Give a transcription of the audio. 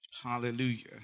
Hallelujah